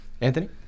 Anthony